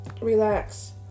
Relax